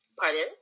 pardon